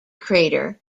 crater